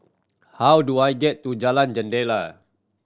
how do I get to Jalan Jendela